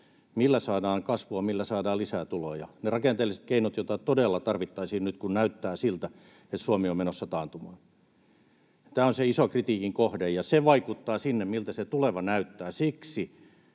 millä saadaan kasvua, millä saadaan lisää tuloja, ne rakenteelliset keinot, joita todella tarvittaisiin nyt, kun näyttää siltä, että Suomi on menossa taantumaan. Tämä on se iso kritiikin kohde, ja se vaikuttaa sinne, miltä se tuleva näyttää. Siksi